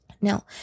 Now